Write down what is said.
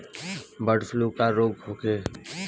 Bird flu का रोग होखे?